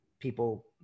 people